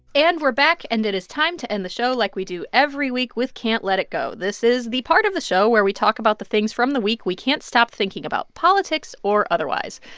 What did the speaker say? and we're back. and it is time to end the show like we do every week with can't let it go. this is the part of the show where we talk about the things from the week we can't stop thinking about, politics or otherwise.